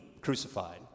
crucified